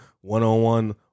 one-on-one